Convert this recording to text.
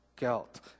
guilt